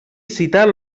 citar